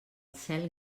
cel